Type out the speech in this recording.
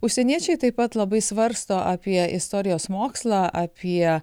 užsieniečiai taip pat labai svarsto apie istorijos mokslą apie